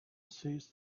seized